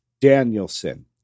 Danielson